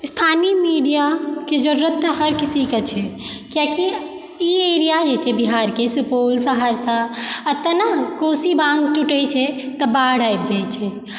स्थानीय मीडिया के जरूरत तऽ हर किसी के छै किएकि ई एरिया जे छै बिहार के सुपौल सहरसा आ तेना कोशी बान्ह टूटै छै तऽ बाढ़ आबि जाइ छै